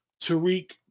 Tariq